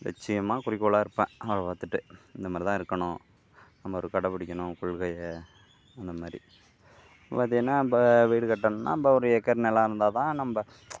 லட்சியமாக குறிக்கோளாக இருப்பேன் அவரை பார்த்துட்டு இந்தமாதிரி தான் இருக்கணும் நம்ம ஒரு கடை பிடிக்கணும் கொள்கையை அந்தமாதிரி இப்போ பார்த்தீங்கன்னா இப்போ வீடு கட்டணுன்னால் ஒரு ஏக்கர் நெலம் இருந்தால் தான் நம்ம